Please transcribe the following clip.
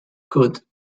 could